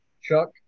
Chuck